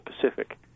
Pacific